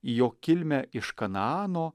į jo kilmę iš kanaano